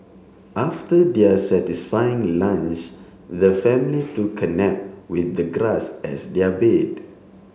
after their satisfying lunch the family took a nap with the grass as their bed